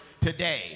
today